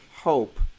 Hope